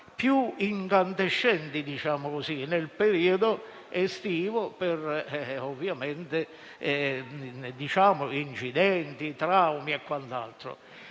più incandescenti nel periodo estivo a causa di incidenti, traumi e quant'altro.